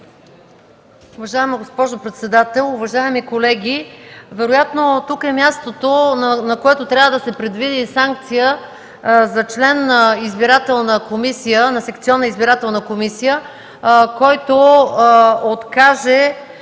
Уважаема госпожо председател, уважаеми колеги! Вероятно тук е мястото, на което трябва да се предвиди санкция за член на секционна избирателна комисия, който откаже